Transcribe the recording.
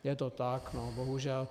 Je to tak, bohužel.